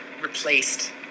replaced